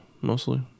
mostly